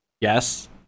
Yes